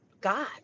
God